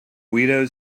guido